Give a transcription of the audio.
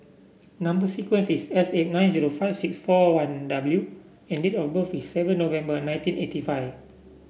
number sequence is S eight nine zero five six four one W and date of birth is seven November nineteen eighty five